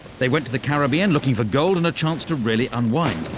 they went to the caribbean looking for gold and a chance to really unwind,